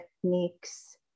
techniques